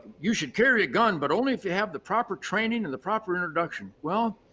you should carry a gun but only if you have the proper training and the proper introduction. well,